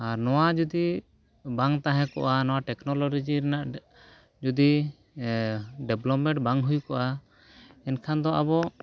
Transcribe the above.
ᱟᱨ ᱱᱚᱣᱟ ᱡᱩᱫᱤ ᱵᱟᱝ ᱛᱟᱦᱮᱸ ᱠᱚᱜᱼᱟ ᱱᱚᱣᱟ ᱴᱮᱠᱱᱳᱞᱚᱡᱤ ᱨᱮᱱᱟᱜ ᱡᱩᱫᱤ ᱰᱮᱵᱷᱮᱞᱚᱯᱢᱮᱱᱴ ᱵᱟᱝ ᱦᱩᱭ ᱠᱚᱜᱼᱟ ᱮᱱᱠᱷᱟᱱ ᱫᱚ ᱟᱵᱚ